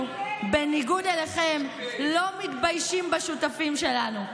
אנחנו, בניגוד אליכם, לא מתביישים בשותפים שלנו.